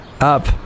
up